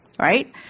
right